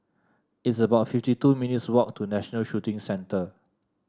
it's about fifty two minutes' walk to National Shooting Centre